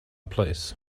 place